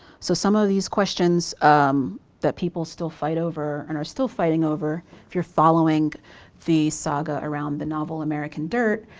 so some of these questions um that people still fight over and are still fighting over if you're following the saga around the novel american dirt.